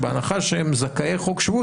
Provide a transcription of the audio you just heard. בהנחה שהם זכאי חוק שבות,